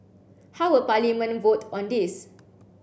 how will Parliament vote on this